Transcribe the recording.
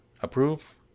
Approve